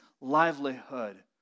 livelihood